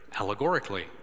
allegorically